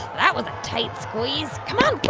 that was a tight squeeze. come on.